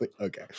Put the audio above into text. Okay